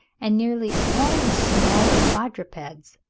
and nearly all the smaller quadrupeds,